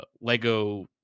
lego